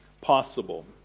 possible